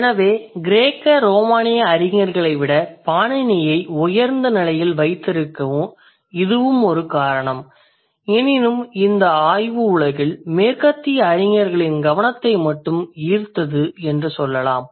எனவே கிரேக்க ரோமானிய அறிஞர்களை விட பாணினியை உயர்ந்த நிலையில் வைத்திருக்க இதுவும் ஒரு காரணம் எனினும் இந்த ஆய்வு உலகில் மேற்கத்திய அறிஞர்களின் கவனத்தை மட்டும் ஈர்த்தது என்று சொல்லலாம்